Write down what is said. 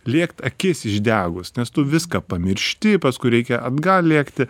lėkt akis išdegus nes tu viską pamiršti paskui reikia atgal lėkti